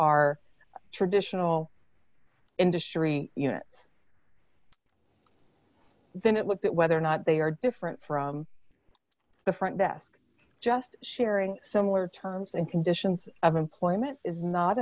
are traditional industry then it would fit whether or not they are different from the front desk just sharing similar terms and conditions of employment is not